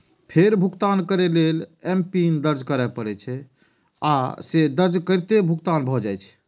फेर भुगतान करै लेल एमपिन दर्ज करय पड़ै छै, आ से दर्ज करिते भुगतान भए जाइ छै